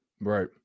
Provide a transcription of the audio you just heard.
Right